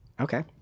okay